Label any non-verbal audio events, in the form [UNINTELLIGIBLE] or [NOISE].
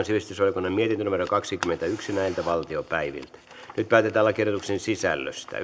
[UNINTELLIGIBLE] sivistysvaliokunnan mietintö kaksikymmentäyksi nyt päätetään lakiehdotusten sisällöstä [UNINTELLIGIBLE]